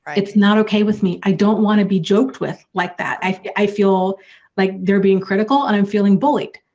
it's not okay with me. i don't want to be joked with like that, i feel like they're being critical and i'm feeling bullied.